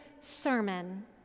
sermon